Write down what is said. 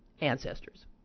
ancestors